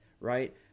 right